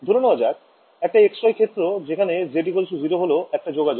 ধরে নেওয়া যাক একটা xy ক্ষেত্র যেখানে z0 হল একটা যোগাযোগ